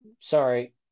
Sorry